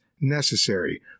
necessary